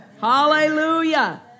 Hallelujah